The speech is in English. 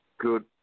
Good